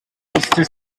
easter